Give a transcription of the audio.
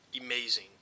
amazing